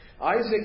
Isaac